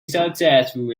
successful